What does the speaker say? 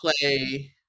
play